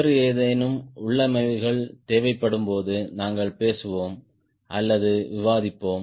வேறு ஏதேனும் உள்ளமைவுகள் தேவைப்படும்போது நாங்கள் பேசுவோம் அல்லது விவாதிப்போம்